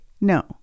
No